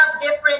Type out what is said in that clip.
different